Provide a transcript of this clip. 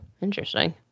interesting